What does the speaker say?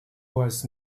was